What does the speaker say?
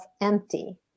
empty